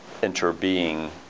interbeing